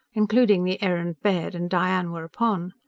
including the errand baird and diane were upon,